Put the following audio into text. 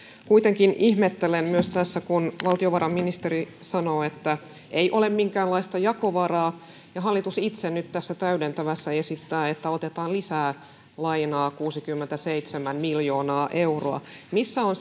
kuitenkin myös minä ihmettelen tässä kun valtiovarainministeri sanoo että ei ole minkäänlaista jakovaraa ja hallitus itse nyt tässä täydentävässä esittää että otetaan lisää lainaa kuusikymmentäseitsemän miljoonaa euroa missä on